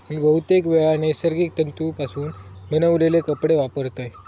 मी बहुतेकवेळा नैसर्गिक तंतुपासून बनवलेले कपडे वापरतय